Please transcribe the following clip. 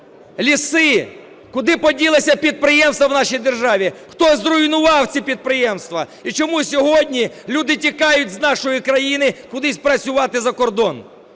ліси, куди поділися підприємства в нашій державі, хто зруйнував ці підприємства і чому сьогодні люди тікають з нашої країни кудись працювати за кордон.